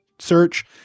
search